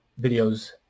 videos